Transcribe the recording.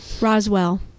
Roswell